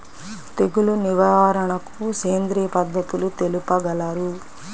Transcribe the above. తెగులు నివారణకు సేంద్రియ పద్ధతులు తెలుపగలరు?